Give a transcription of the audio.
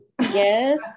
Yes